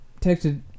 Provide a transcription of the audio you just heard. texted